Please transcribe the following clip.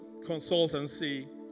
consultancy